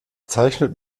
zeichnet